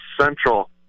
Central